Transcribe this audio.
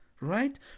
right